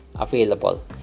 Available